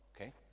okay